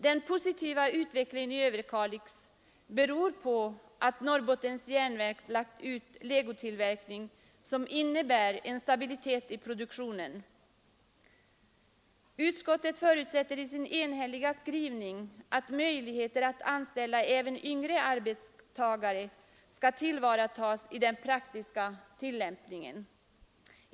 Den positiva utvecklingen i Överkalix beror på att Norrbottens järnverk har lagt ut legotillverkning som innebär en stabilitet i produktionen. Utskottet förutsätter i sin enhälliga skrivning att möjligheter att anställa även yngre arbetstagare skall tillvaratas i den praktiska tillämpningen.